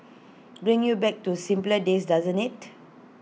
brings you back to simpler days doesn't IT